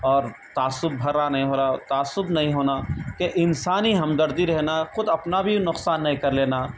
اور تعصب بھرا نہیں ہو رہا تعصب نہیں ہونا کہ انسانی ہمدردی رہنا خود اپنا بھی نقصان نہیں کر لینا